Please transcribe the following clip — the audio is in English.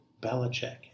Belichick